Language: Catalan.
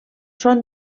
són